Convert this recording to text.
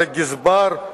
על גזבר,